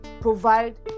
provide